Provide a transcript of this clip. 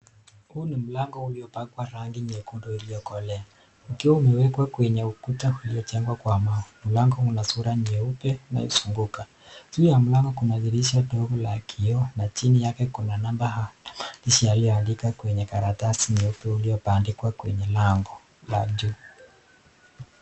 Huu ni mlango uliopakwa rangi nyekundu iliyokolea. Ukiwa umewekwa kwenye ukuta uliojengwa kwa mawe, mlango unasura nyeupe inayozunguka. Juu ya mlango kuna dirisha dogo la kioo na chini yake kuna namba na maandishi yalioandikwa kwenye karatasi iliyobandikwa kwenye lango la juu.